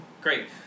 Great